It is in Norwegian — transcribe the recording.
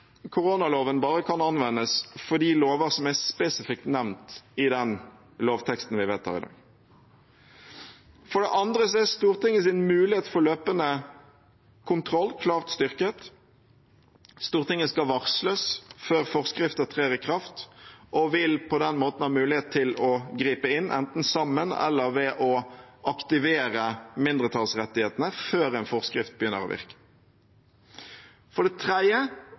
koronaloven bare kan anvendes for de lover som er spesifikt nevnt i den lovteksten vi vedtar i dag. For det andre er Stortingets mulighet til løpende kontroll klart styrket. Stortinget skal varsles før forskrifter trer i kraft og vil på den måten ha mulighet til å gripe inn, enten sammen eller ved å aktivere mindretallsrettighetene før en forskrift begynner å virke. For det tredje